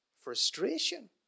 frustration